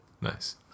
Nice